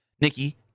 Nikki